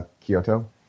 Kyoto